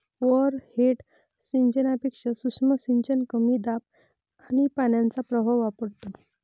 overhead सिंचनापेक्षा सूक्ष्म सिंचन कमी दाब आणि पाण्याचा प्रवाह वापरतो